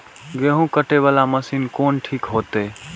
गेहूं कटे वाला मशीन कोन ठीक होते?